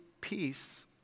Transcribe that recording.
peace